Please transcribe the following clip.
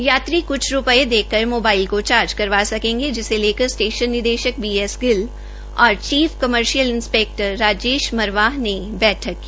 यात्री कुछ रूपए देकर मोबाइल को चार्ज करवा सकेंगे जिसे लेकर स्टेशन निदेशक बी एस गिल और chief commercial inspector Rajesh Marwah ने बैठक की